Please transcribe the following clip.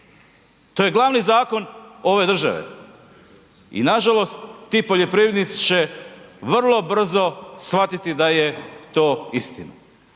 To je glavni zakon ove države i nažalost, ti poljoprivrednici će vrlo brzo shvatiti da je to istina.